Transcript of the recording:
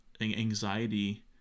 anxiety